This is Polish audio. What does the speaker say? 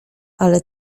ale